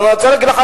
אני רוצה להגיד לך,